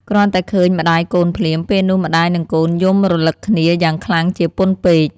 គ្រាន់តែឃើញម្ដាយកូនភ្លាម ពេលនោះម្តាយនិងកូនយំរលឹកគ្នាយ៉ាងខ្លាំងជាពន់ពេក។